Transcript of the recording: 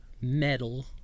metal